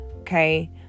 Okay